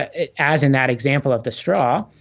ah as in that example of the straw,